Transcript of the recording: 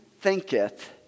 thinketh